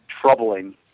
troubling